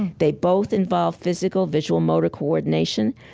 they both involve physical visual-motor coordination.